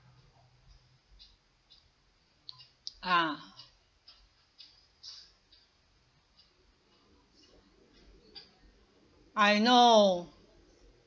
ah I know